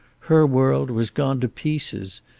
her world was gone to pieces.